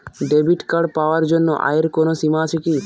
Debit card পাওয়ার জন্য আয়ের কোনো সীমা আছে কি?